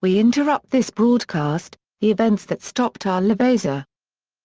we interrupt this broadcast the events that stopped our lives. ah